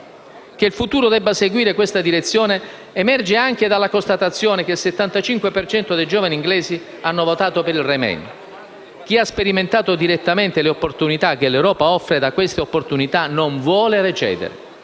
Che il futuro debba seguire questa direzione emerge anche dalla constatazione che il 75 per cento dei giovani britannici ha votato per il *remain*: chi ha sperimentato direttamente le opportunità che l'Europa offre, da queste opportunità non vuole recedere.